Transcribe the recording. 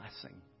blessing